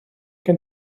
gen